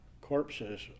corpses